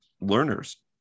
learners